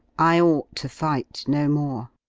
i ought to fight no more.